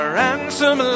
ransom